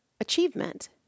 achievement